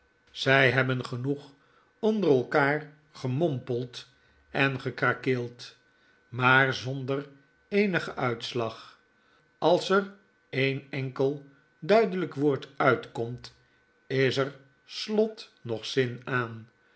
zy hebben genoeg onder elkander gemompeld en gekrakeeld maar zonder eenigen uitslag als er een enkel duidelijk woord uitkomt is er slot noch zin aan